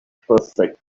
perfect